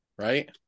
right